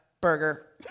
Burger